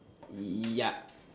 ya